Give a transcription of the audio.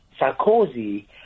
Sarkozy